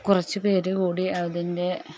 കുറച്ച് പേര് കൂടി അതിന്റെ